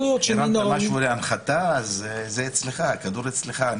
הרמת משהו להנחתה אז הכדור אצלך.